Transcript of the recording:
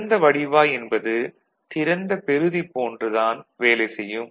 திறந்த வடிவாய் என்பது திறந்த பெறுதி போன்று தான் வேலை செய்யும்